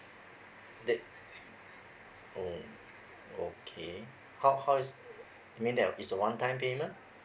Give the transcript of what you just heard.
that oh okay how how is I mean that is a one time payment